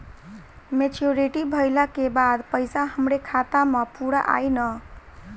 Maturity भईला के बाद पईसा हमरे खाता म पूरा आई न?